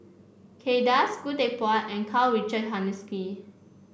Kay Das Khoo Teck Puat and Karl Richard Hanitsch